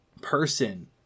person